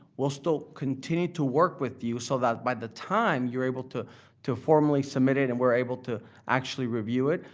we'll still continue to work with you so that by the time you're able to to formally submit it and we're able to actually review it,